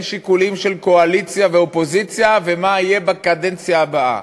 שיקולים של קואליציה ואופוזיציה ומה יהיה בקדנציה הבאה,